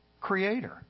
Creator